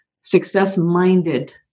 success-minded